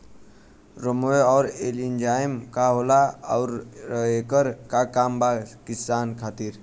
रोम्वे आउर एलियान्ज का होला आउरएकर का काम बा किसान खातिर?